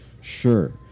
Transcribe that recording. sure